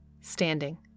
Standing